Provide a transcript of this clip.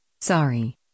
Sorry